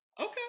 Okay